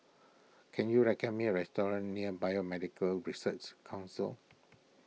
can you recommend me a restaurant near Biomedical Research Council